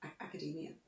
academia